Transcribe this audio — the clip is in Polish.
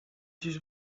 dziś